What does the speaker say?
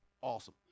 awesome